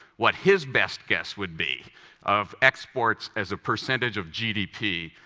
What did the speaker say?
what his best guess would be of exports as a percentage of gdp,